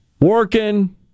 working